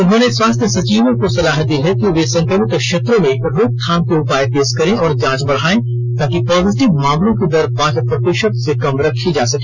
उन्होंने स्वास्थ्य सचिवों को सलाह दी कि वे संक्रमित क्षेत्रों में रोकथाम के उपाय तेज करें और जांच बढ़ाएं ताकि पॉजिटिव मामलों की दर पांच प्रतिशत से कम रखी जा सके